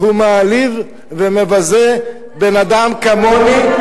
הוא מעליב ומבזה בן אדם כמוני,